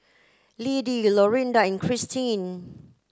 Lidie Lorinda and Kristin